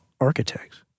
architects